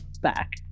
back